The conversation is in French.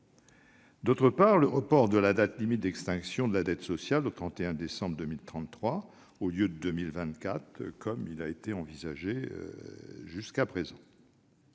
d'autre part, le report de la date limite d'extinction de la dette sociale au 31 décembre 2033, au lieu de 2024 comme cela était envisagé jusqu'à présent.